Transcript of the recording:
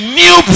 new